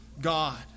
God